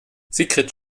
sigrid